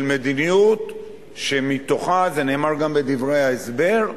של מדיניות שמתוכה, זה נאמר גם בדברי ההסבר: